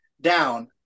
down